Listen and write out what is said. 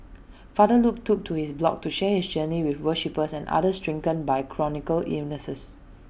father Luke took to his blog to share his journey with worshippers and others stricken by chronic illnesses